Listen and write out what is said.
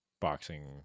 boxing